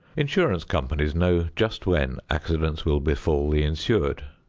insurance companies know just when accidents will befall the insured.